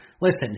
Listen